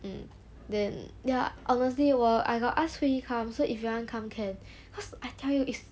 um then ya honestly hor I got ask hui yi come so if you want come can cause I tell you it's